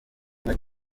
nke